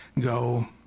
go